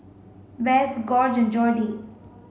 Bess Gorge Jordy